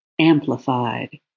amplified